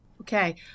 okay